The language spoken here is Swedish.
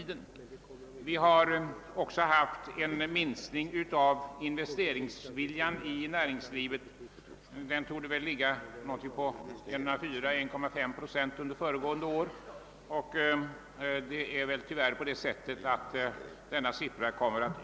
Det har också varit en minskning av investeringsviljan i näringslivet — investeringarna torde ligga mellan 1,4 och 1,5 procent under föregående års, och denna minskning torde tyvärr komma att fortsätta under återstoden av året.